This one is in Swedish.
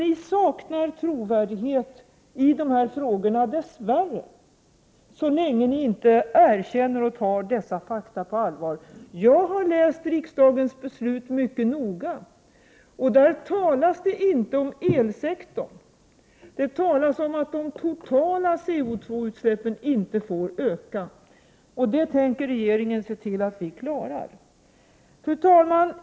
Ni saknar trovärdighet i de här frågorna, dess värre, så länge ni inte erkänner fakta och tar dem på allvar. Jag har läst riksdagens beslut mycket noga. Där talas det inte om elsektorn. Det talas om att de totala CO> utsläppen inte får öka, och det tänker regeringen se till att vi klarar. Fru talman!